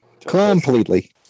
Completely